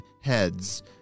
heads